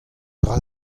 dra